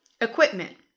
Equipment